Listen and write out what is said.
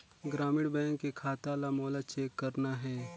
ग्रामीण बैंक के खाता ला मोला चेक करना हे?